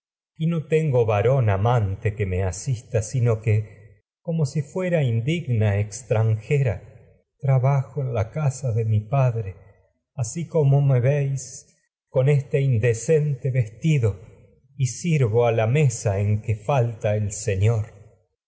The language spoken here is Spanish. consume no tengo varón amante que me asista en sino la que como si fuera padre indigna extranjera me trabajo este casa de mi y asi como veis que con indecente vestido sirvo a la mesa en falta el señor